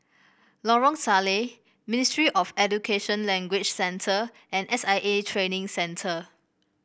Lorong Salleh Ministry of Education Language Centre and S I A Training Centre